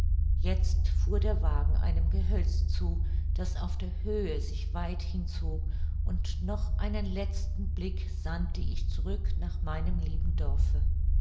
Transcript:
jetzt fuhr der wagen einem gehölz zu das auf der höhe sich weit hinzog und noch einen letzten blick sandte ich zurück nach meinem lieben dorfe